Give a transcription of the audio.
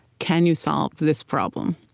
can you solve this problem?